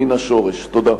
תודה.